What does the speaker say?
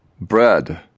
Bread